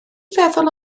feddwl